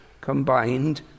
combined